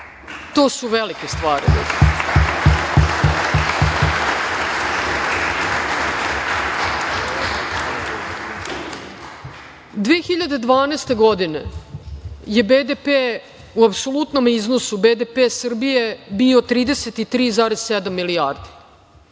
To su velike stvari. Godine 2012. je BDP u apsolutnom iznosu Srbije bio 33,7 milijardi.